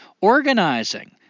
organizing